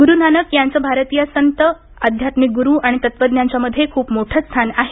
गुरु नानक याचं भारतीय संत अध्यात्मिक गुरु आणि तत्वाज्ञांच्या मध्ये खूप मोठं स्थान आहे